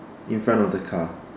in front of the car